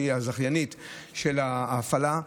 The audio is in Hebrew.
שהיא הזכייניות של ההפעלה,